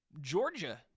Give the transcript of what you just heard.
Georgia